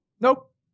Nope